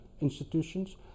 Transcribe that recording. institutions